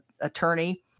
attorney